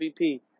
MVP